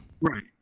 right